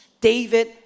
David